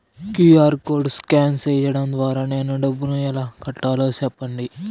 QR code scan సేయడం ద్వారా నేను డబ్బును ఎలా కట్టాలో సెప్పండి?